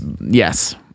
yes